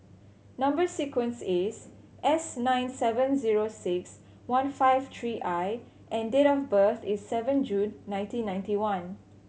number sequence is S nine seven zero six one five three I and date of birth is seven June nineteen ninety one